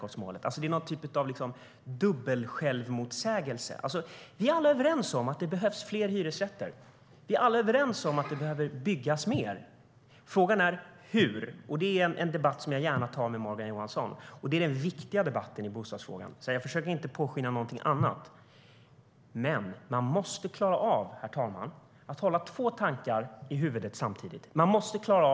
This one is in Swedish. Det är alltså någon typ av dubbelsjälvmotsägelse. Vi är alla överens om att det behövs fler hyresrätter. Vi är alla överens om att det behöver byggas mer. Frågan är hur. Det är en debatt som jag gärna tar med Morgan Johansson, för det är den viktiga debatten när det gäller bostadsfrågan. Jag försöker inte påskina någonting annat. Men man måste klara av, herr talman, att hålla två tankar i huvudet samtidigt.